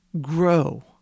grow